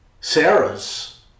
Sarah's